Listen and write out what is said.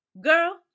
Girl